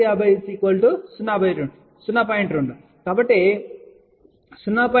2 కాబట్టి 0